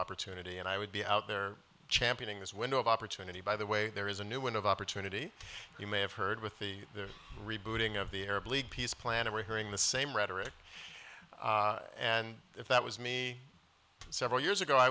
opportunity and i would be out there championing this window of opportunity by the way there is a new window of opportunity you may have heard with the rebooting of the arab league peace plan and we're hearing the same rhetoric and if that was me several years ago i